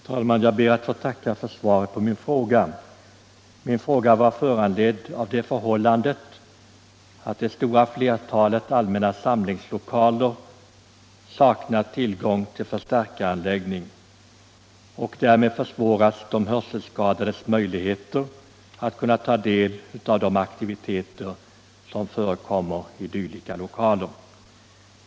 Herr talman! Jag ber att få tacka för svaret på min fråga. Frågan är föranledd av det förhållandet att det stora flertalet allmänna samlingslokaler saknar förstärkaranläggning. Därmed försämras de hörselskadades möjligheter att ta del av de aktiviteter som förekommer i dylika lokaler.